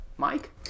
Mike